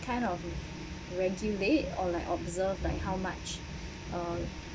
kind of regulate or like observe like how much uh